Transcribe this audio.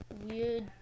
weird